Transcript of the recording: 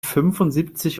fünfundsiebzig